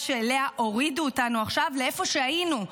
שאליה הורידו אותנו עכשיו לאיפה שהיינו,